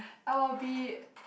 I will be